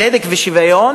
צדק ושוויון